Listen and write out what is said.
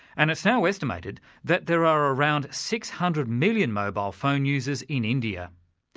and it's now estimated that there are around six hundred million mobile phone users in india.